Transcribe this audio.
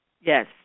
Yes